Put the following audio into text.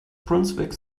brunswick